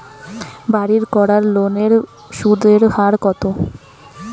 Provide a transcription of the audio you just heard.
বাড়ির করার লোনের সুদের হার কত?